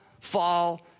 fall